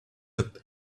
that